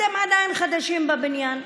אתם עדיין חדשים בבניין,